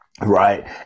Right